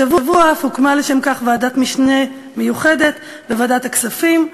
השבוע אף הוקמה לשם כך ועדת משנה מיוחדת בוועדת הכספים,